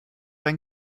ein